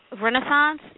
renaissance